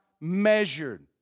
measured